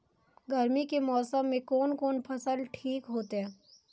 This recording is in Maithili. गर्मी के मौसम में कोन कोन फसल ठीक होते?